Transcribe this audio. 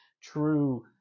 true